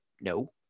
No